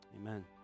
Amen